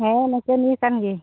ᱦᱮᱸ ᱱᱟᱪᱚᱱᱤᱭᱟᱹ ᱠᱟᱱ ᱜᱤᱭᱟᱹᱧ